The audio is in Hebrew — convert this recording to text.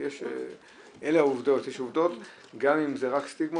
מה יש לך להציע --- אבל פה אנחנו מדינה,